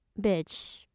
Bitch